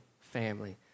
family